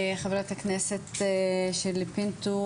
חברת הכנסת שירלי פינטו,